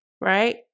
right